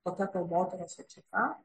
tokia kalbotyros atšaka